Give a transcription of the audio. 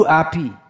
api